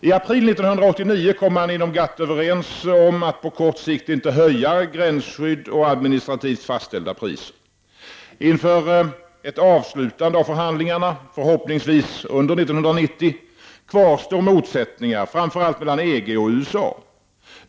I april 1989 kom man inom GATT överens om att på kort sikt inte höja gränsskydd och administrativt fastställda priser. Inför ett avslutande av förhandlingarna, förhoppningsvis under 1990, kvarstår motsättningar framför allt mellan EG och USA.